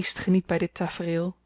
ge niet by dit tafereel